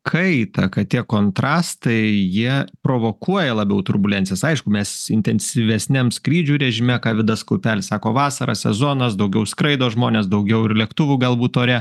kaitą kad tie kontrastai jie provokuoja labiau turbulencijas aišku mes intensyvesniam skrydžių režime ką vidas kaupelis sako vasara sezonas daugiau skraido žmonės daugiau ir lėktuvų galbūt ore